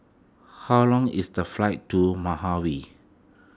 how long is the flight to